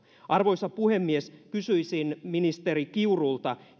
arvoisa puhemies kysyisin ministeri kiurulta